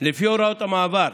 לפי הוראות המעבר,